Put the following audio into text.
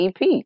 EP